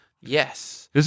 Yes